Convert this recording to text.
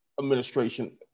administration